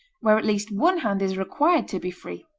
where at least one hand is required to be free.